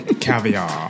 Caviar